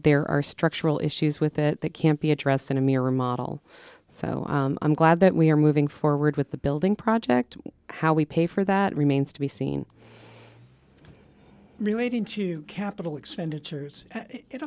there are structural issues with it that can't be addressed in a mirror model so i'm glad that we are moving forward with the building project how we pay for that remains to be seen relating to capital expenditures it